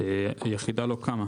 והיחידה לא קמה.